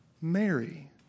Mary